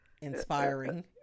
Inspiring